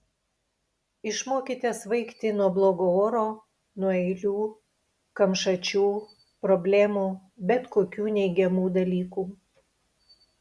išmokite svaigti nuo blogo oro nuo eilių kamšačių problemų bet kokių neigiamų dalykų